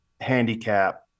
handicap